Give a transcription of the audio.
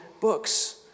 books